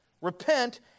repent